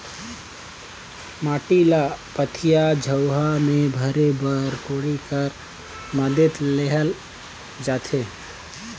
माटी ल पथिया, झउहा मे भरे बर कोड़ी कर मदेत लेहल जाथे